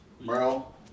Merle